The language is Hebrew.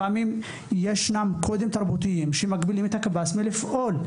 כי לפעמים ישנם קודים תרבותיים שמגבילים את הקב״ס מלפעול.